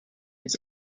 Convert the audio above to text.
its